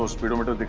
ah speedometer